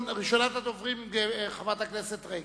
ראשונת הדוברים היא חברת הכנסת רגב.